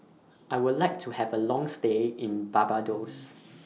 I Would like to Have A Long stay in Barbados